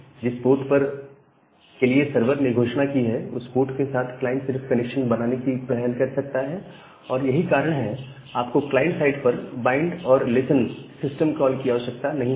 जिस पोर्ट के लिए सर्वर ने घोषणा की है उस पोर्ट के साथ क्लाइंट सिर्फ कनेक्शन की पहल कर सकता है और यही कारण है कि आपको क्लाइंट साइड पर बाइंड और लिसन सिस्टम कॉल की आवश्यकता नहीं होती